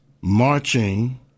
marching